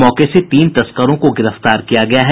मौके से तीन तस्करों को गिरफ्तार किया गया है